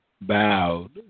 bowed